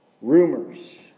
Rumors